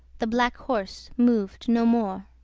the black horse moved no more.